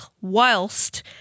whilst